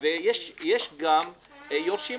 לכל אחד מאתנו יש את המסגרת של האשראי שלנו ויש לנו מסגרת